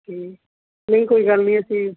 ਕਿ ਨਹੀਂ ਕੋਈ ਗੱਲ ਨਹੀਂ ਅਸੀਂ